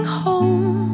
home